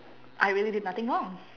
I really did nothing wrong